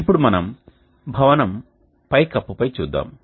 ఇప్పుడు మనం భవనం పైకప్పుపై చూద్దాం